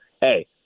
hey